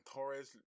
Torres